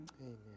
Amen